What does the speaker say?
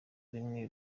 rimwe